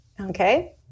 Okay